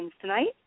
tonight